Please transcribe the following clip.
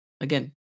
again